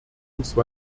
bzw